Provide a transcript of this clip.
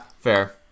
fair